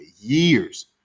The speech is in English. Years